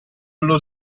allo